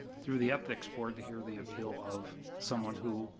through the ethics board, to hear the appeal of someone who,